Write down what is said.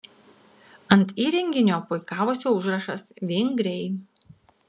ant įrenginio puikavosi užrašas vingriai